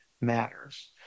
matters